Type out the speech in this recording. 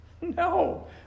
No